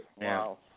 Wow